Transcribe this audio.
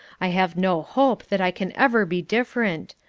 i have no hope that i can ever be different.